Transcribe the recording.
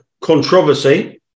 controversy